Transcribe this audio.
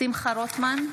שמחה רוטמן,